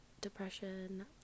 depression